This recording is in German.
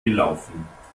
gelaufen